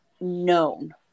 known